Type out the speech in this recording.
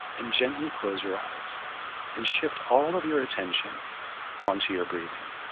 and gently close your eyes and shift all of your attention onto your breathing,